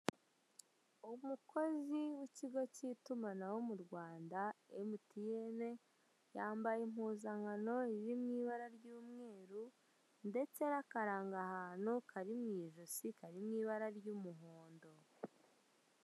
Umukozi w'ikigo cy'itumanaho mu Rwanda emutiyene, yambaye impuzankano iri mw'ibara ry'umweru ndetse n'akarangagantu kari mu ijosi, kari mw'ibara ry'umuhondo.